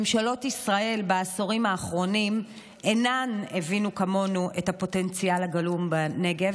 ממשלות ישראל בעשורים האחרונים לא הבינו כמונו את הפוטנציאל הגלום בנגב,